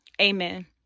amen